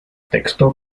texto